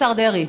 השר דרעי,